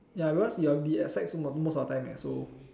ya because you'll be at site most of the time so